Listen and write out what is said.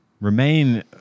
remain